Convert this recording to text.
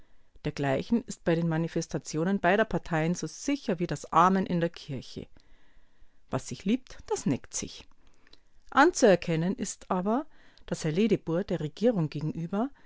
dergleichen ist bei den manifestationen beider parteien so sicher wie das amen in der kirche was sich liebt das neckt sich anzuerkennen ist aber daß herr ledebour der regierung gegenüber